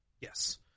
Yes